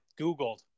googled